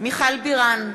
מיכל בירן,